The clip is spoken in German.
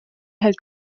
hält